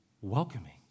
welcoming